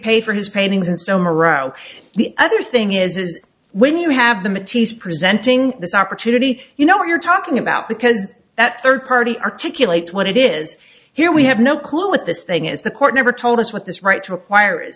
pay for his paintings and so moreau the other thing is is when you have them a tease presenting this opportunity you know what you're talking about because that third party articulate what it is here we have no clue what this thing is the court never told us what this right to require i